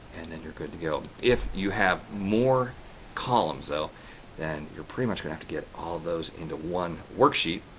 and then you're good to go. if you have more columns though then you're pretty much going to have to get all those into one worksheet.